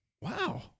Wow